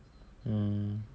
mm